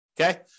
Okay